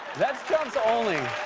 that's trump's only.